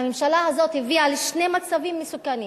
והממשלה הזאת הביאה לשני מצבים מסוכנים,